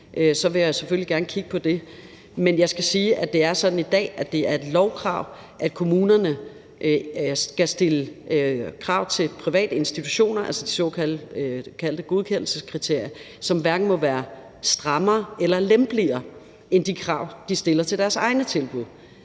vil jeg selvfølgelig gerne kigge på det. Men jeg skal sige, at det er sådan i dag, at det er et lovkrav, at kommunerne skal stille krav til private institutioner, altså de såkaldte godkendelseskriterier, som hverken må være strammere eller lempeligere end de krav, de stiller til deres egne tilbud.